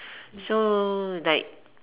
so like